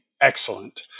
excellent